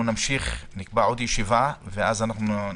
אנחנו נקבע עוד ישיבה ואז אנחנו נמשיך.